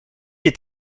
est